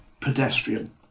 pedestrian